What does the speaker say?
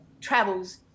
travels